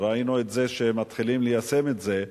ראינו שמתחילים ליישם את זה,